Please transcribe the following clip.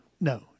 No